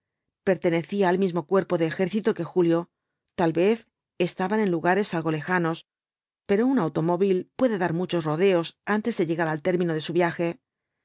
pertenecía al mismo cuerpo de ejército que julio tal vez estaban en lugares algo lejanos pero un automóvil puede dar muchos rodeos antes de llegar al término de su viaje